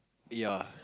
ya